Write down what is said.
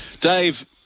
Dave